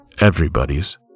Everybody's